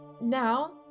now